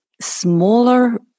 smaller